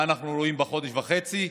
מה אנחנו רואים בחודש וחצי?